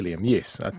yes